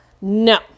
no